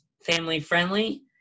family-friendly